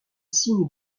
signe